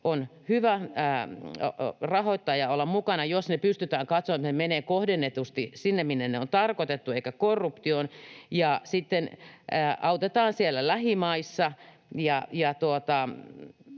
on hyvä rahoittaa ja olla mukana, jos pystytään katsomaan, että rahat menevät kohdennetusti sinne, minne ne on tarkoitettu eivätkä korruptioon, ja sitten autetaan siellä lähimaissa